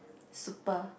super